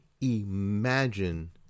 imagine